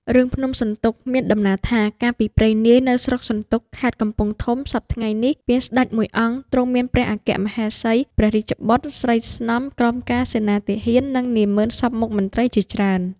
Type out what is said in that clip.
រឿង ភ្នំសន្ទុកមានដំណាលថា កាលពីព្រេងនាយនៅស្រុកសន្ទុក ខេត្តកំពង់ធំសព្វថ្ងៃនេះ មានស្ដេចមួយអង្គ ទ្រង់មានព្រះអគ្គមហេសី ព្រះរាជបុត្រ ស្រីស្នំក្រមការ សេនាទាហាន និងនាហ្មឺនសព្វមុខមន្ត្រី ជាច្រើន។